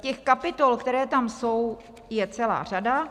Těch kapitol, které tam jsou, je celá řada.